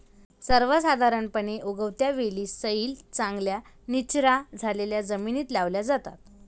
सर्वसाधारणपणे, उगवत्या वेली सैल, चांगल्या निचरा झालेल्या जमिनीत लावल्या जातात